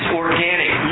organic